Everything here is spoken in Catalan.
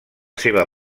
seva